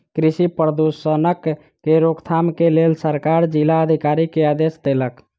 कृषि प्रदूषणक के रोकथाम के लेल सरकार जिला अधिकारी के आदेश देलक